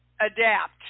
adapt